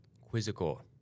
Quizzical